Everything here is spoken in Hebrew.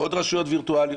ועוד רשויות וירטואליות.